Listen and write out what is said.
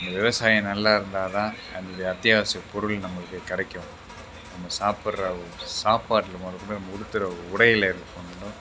இந்த விவசாயம் நல்லாயிருந்தா தான் அதனுடைய அத்தியாவசிய பொருள் நம்மளுக்கு கிடைக்கும் நம்ம சாப்பிடுற சாப்பாட்டில் மொதற்கொண்டு நம்ம உடுத்துகிற உடையில் இருக்க கொண்டும்